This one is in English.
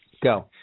Go